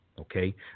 okay